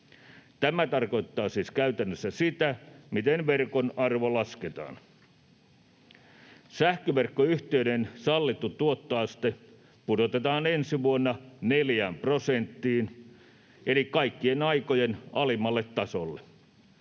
Tämä tarkoittaa siis käytännössä sitä, miten verkon arvo lasketaan. Sähköverkkoyhtiöiden sallittu tuottoaste pudotetaan ensi vuonna 4 prosenttiin eli kaikkien aikojen alimmalle tasolle.